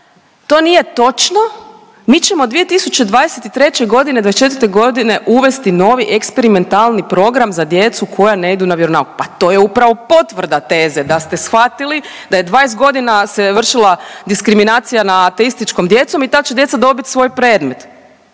to nije točno, mi ćemo 2023.g., '24.g. uvesti novi eksperimentalni program za djecu koja ne idu na vjeronauk. Pa to je upravo potvrda teze da ste shvatili da je 20.g. se vršila diskriminacija na ateističkom djecom i ta će djeca dobit svoj predmet,